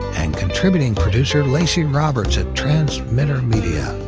and contributing producer lacy roberts at transmitter media.